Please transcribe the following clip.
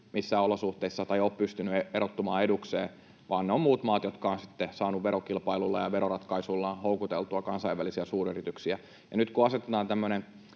missä Suomi ei valitettavasti ole pystynyt erottumaan edukseen, vaan ne ovat muut maat, jotka ovat saaneet verokilpailulla ja veroratkaisuillaan houkuteltua kansainvälisiä suuryrityksiä. Nyt kun asetetaan tämmöinen